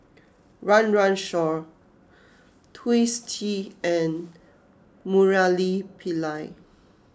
Run Run Shaw Twisstii and Murali Pillai